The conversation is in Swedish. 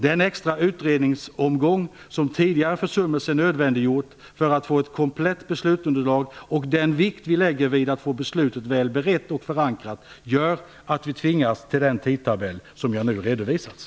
Den extra utredningsomgång som tidigare försummelser nödvändiggjort för att få ett komplett beslutsunderlag - och den vikt vi lägger vid att få beslutet väl berett och förankrat - gör att vi tvingas till den tidtabell som jag nu har redovisat.